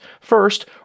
First